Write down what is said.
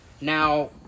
Now